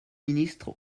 ministres